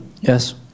Yes